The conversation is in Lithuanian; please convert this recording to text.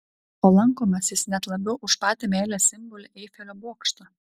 o lankomas jis net labiau už patį meilės simbolį eifelio bokštą